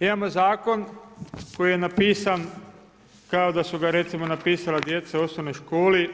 Imamo zakon koji je napisan kao da su ga recimo napisala djeca u osnovnoj školi,